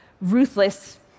ruthless